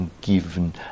given